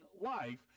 life